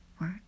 work